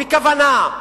בכוונה.